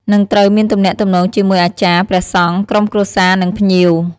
និងត្រូវមានទំនាក់ទំនងជាមួយអាចារ្យ ព្រះសង្ឃ ក្រុមគ្រួសារ និងភ្ញៀវ។